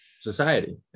society